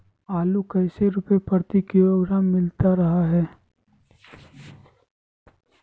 आलू कैसे रुपए प्रति किलोग्राम मिलता रहा है?